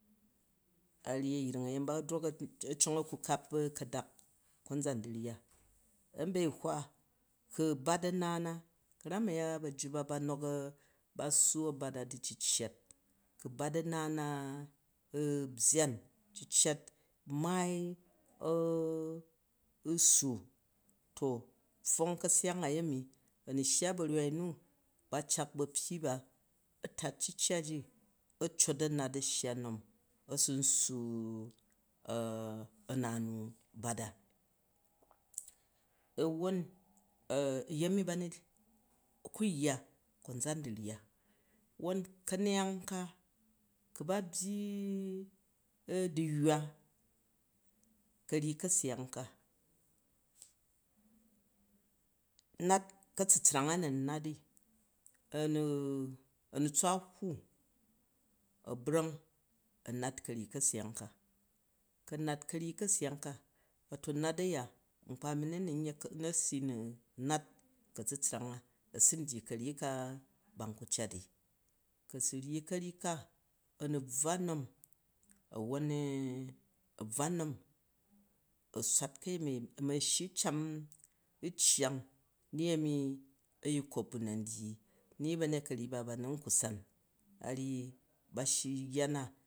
A ryi a̱yring a̱yemi, ba drok a̱ cong a̱ ku kap ka̱dak konzan darya, a̱mba̱bwa, ku bat a̱na na ka̱ram aya ba̱jju ba, ba nok, ba ssu abat a di ciccat, ku bat a̱na na ɓyyan ciccat mai ssu to pfwong ka̱seyang a̱ yemi, a̱ nu shya ba̱ryuru nu ba cak ba̱pyyi ba a̱fat ciccatji a shya nom a̱ cot a̱ nat a̱su nssu a̱na nu ɓat a. Wwon a̱yemi ba nu ku̱ yya konzom dwoyya ka̱neyang ka ku ba byi duyywa ka̱ryi ka̱seyang ko, nat ka̱tsutsrane a̱ nat in ka̱ryi ka̱seyang ka, ku a nat karyi kaseyang ka, ku a nat karyi kaseyang ka wat nat a̱ ya nkpa mi nun na si nu nat ka̱tsutsrang a̱ su ryi ka̱ryi ka ba nku cat ni, ku a̱ su ryi ka̱ryi ka a̱ nu bvwa nnom a̱won a̱ bvwa nnom a̱ swat ka̱yemi a̱ shyi cam a̱ cyang ni a̱mi a̱yikop a nan dyyi ni a̱mi ba̱nyet ka̱ryi ba ba nu n ku sap a ryyi ba shyi yya na